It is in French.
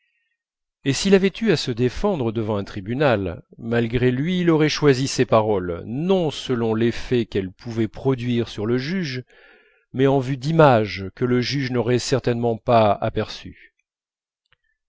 et s'il avait eu à se défendre devant un tribunal malgré lui il aurait choisi ses paroles non selon l'effet qu'elles pouvaient produire sur le juge mais en vue d'images que le juge n'aurait certainement pas aperçues